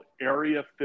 Area